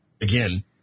again